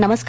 नमस्कार